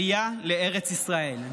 עלייה לארץ ישראל.